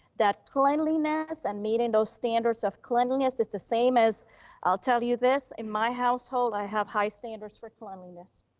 that cleanliness and meeting those standards of cleanliness, it's the same as i'll tell you this in my household, i have high standards for cleanliness,